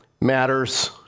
matters